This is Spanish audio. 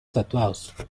tatuados